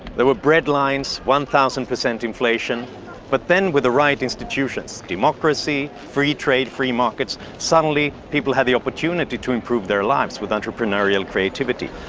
there were bread lines, one thousand percent inflation but then with the right institutions, democracy, free trade, free markets suddenly people had the opportunity to improve their lives with entrepreneurial creativity.